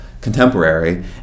contemporary